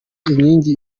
inkingi